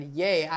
yay